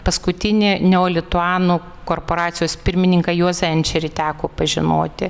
paskutinį neolituanų korporacijos pirmininką juozą enčerį teko pažinoti